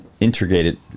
integrated